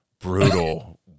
brutal